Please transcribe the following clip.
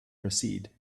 proceed